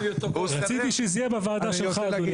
רציתי שזה יהיה בוועדה שלך, ווליד.